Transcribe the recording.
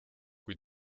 kui